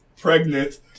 pregnant